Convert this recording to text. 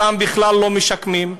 אותם בכלל לא משקמים,